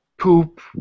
poop